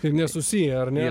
tai nesusiję ar ne